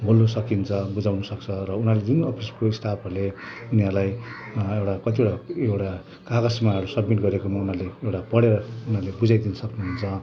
बोल्नु सकिन्छ बुझाउनु सक्छ र उनीहरूरले जुन अफिसको स्टाफहरूले उनीहरूलाई एउटा कतिवटा एउटा कागजमा सब्मिट गरेकोमा उनीहरूले एउटा पढेर उनीहरूले बुझाइदिनु सक्नु हुन्छ